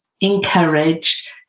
encouraged